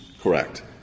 Correct